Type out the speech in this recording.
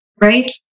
right